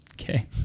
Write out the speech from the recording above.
Okay